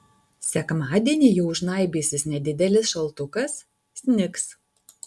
sekmadienį jau žnaibysis nedidelis šaltukas snigs